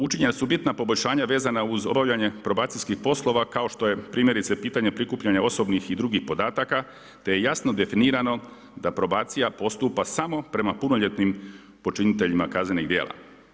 Učinjena su bitna poboljšanja vezana uz obavljanje probacijskih poslova, kao što je primjerice pitanje prikupljanja osobnih i drugih podataka te je jasno definirano da probacija postupa samo prema punoljetnim počiniteljima kaznenih djela.